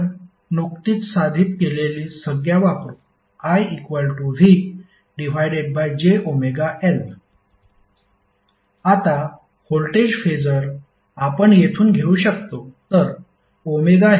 आपण नुकतीच साधित केलेली संज्ञा वापरू IVjωL आता व्होल्टेज फेसर आपण येथून घेऊ शकतो